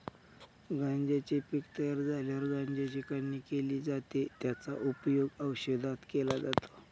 गांज्याचे पीक तयार झाल्यावर गांज्याची काढणी केली जाते, त्याचा उपयोग औषधात केला जातो